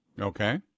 Okay